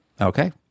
Okay